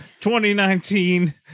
2019